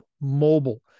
Mobile